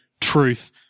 truth